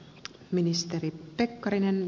arvoisa puhemies